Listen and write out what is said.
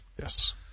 Yes